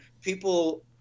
people